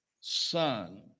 son